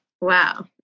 Wow